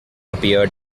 appeared